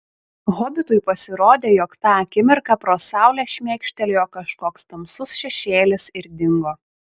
hobitui pasirodė jog tą akimirką pro saulę šmėkštelėjo kažkoks tamsus šešėlis ir dingo